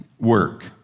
work